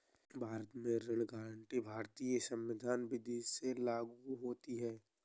भारत में ऋण गारंटी भारतीय संविदा विदी से लागू होती है